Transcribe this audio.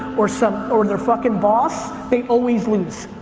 or some, or their fucking boss, they always lose.